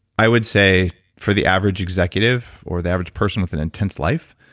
i would say, for the average executive or the average person with an intense life,